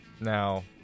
Now